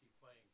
playing